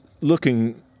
looking